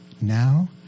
now